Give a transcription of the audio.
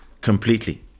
Completely